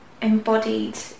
embodied